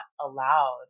allowed